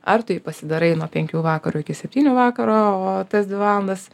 ar tu jį pasidarai nuo penkių vakaro iki septynių vakaro o tas dvi valandas